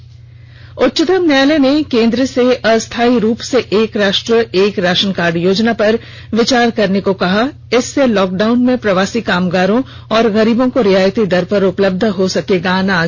त् उच्चतम न्यायालय ने केन्द्र से अस्थायी रूप से एक राष्ट्र एक राशन कार्ड योजना पर विचार करने को कहा इससे लॉकडाउन में प्रवासी कामगारों और गरीबों को रियायती दर पर उपलब्ध हो सकेगा अनाज